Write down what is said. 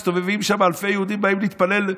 מסתובבים שם אלפי יהודים ובאים להתפלל.